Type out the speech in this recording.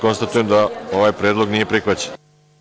Konstatujem da ovaj predlog nije prihvaćen.